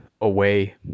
away